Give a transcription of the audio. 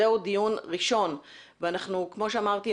זהו דיון ראשון ואנחנו כמו שאמרתי,